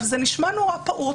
זה נשמע נורא פעוט,